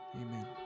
amen